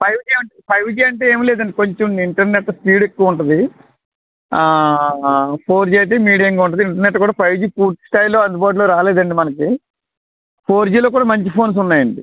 five G అంటే five G అంటే ఏమి లేందండి కొంచెం ఇంటర్నెట్ స్పీడ్ ఎక్కువ ఉంటుంది ఫోర్ జి అయితే మీడియంగా ఉంటుంది ఇంటర్నెట్ కూడా ఫైవ్ జి పూర్తి స్థాయిలో అందుబాటులో రాలేదండి మనకి ఫోర్ జిలో కూడా మంచి ఫోన్స్ ఉన్నాయండి